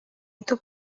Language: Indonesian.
itu